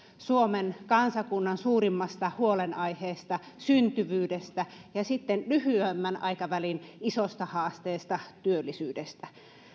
suomen kansakunnan suurimmasta huolenaiheesta syntyvyydestä ja sitten lyhyemmän aikavälin isosta haasteesta työllisyydestä